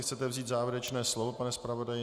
Chcete si vzít závěrečné slovo, pane zpravodaji.